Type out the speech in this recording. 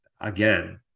again